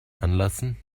anlassen